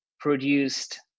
produced